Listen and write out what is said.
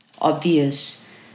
obvious